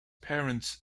parents